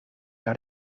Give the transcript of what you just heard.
naar